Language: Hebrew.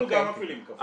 אנחנו גם מפעילים קו חם,